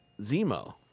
Zemo